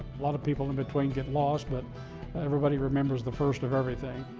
lot of people in between get lost but everybody remembers the first of everything.